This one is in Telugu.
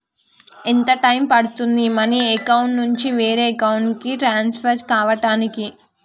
ఎంత టైం పడుతుంది మనీ అకౌంట్ నుంచి వేరే అకౌంట్ కి ట్రాన్స్ఫర్ కావటానికి?